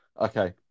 Okay